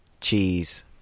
cheese